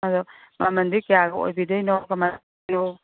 ꯑꯗꯣ ꯃꯃꯟꯗꯤ ꯀꯌꯥꯒ ꯑꯣꯏꯕꯤꯗꯣꯏꯅꯣ ꯀꯃꯥꯏ ꯇꯧꯗꯣꯏꯅꯣ